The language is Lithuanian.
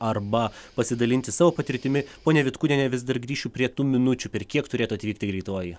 arba pasidalinti savo patirtimi ponia vitkūniene vis dar grįšiu prie tų minučių per kiek turėtų atvykti greitoji